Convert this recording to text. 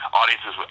audiences